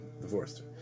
Divorced